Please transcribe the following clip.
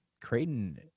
Creighton